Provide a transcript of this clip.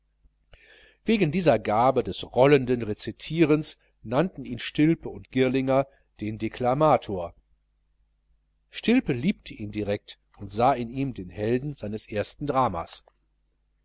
wegen dieser gabe des rollenden rezitierens nannten ihn stilpe und girlinger den deklamator stilpe liebte ihn direkt und sah in ihm den helden seines ersten dramas